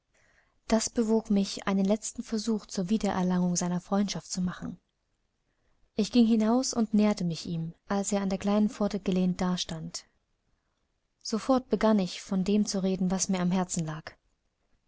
das bewog mich einen letzten versuch zur wiedererlangung seiner freundschaft zu machen ich ging hinaus und näherte mich ihm als er an die kleine pforte gelehnt dastand sofort begann ich von dem zu reden was mir am herzen lag